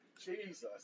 Jesus